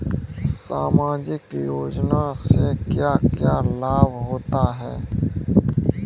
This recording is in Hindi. सामाजिक योजना से क्या क्या लाभ होते हैं?